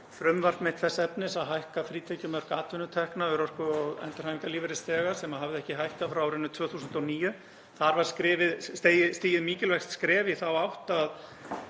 frumvarp mitt þess efnis að hækka frítekjumark atvinnutekna örorku- og endurhæfingarlífeyrisþega sem hafði ekki hækkað frá árinu 2009. Þar var stigið mikilvægt skref í þá átt að